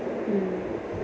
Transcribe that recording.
mm